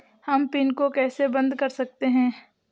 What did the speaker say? हम पिन को कैसे बंद कर सकते हैं?